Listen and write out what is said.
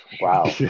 wow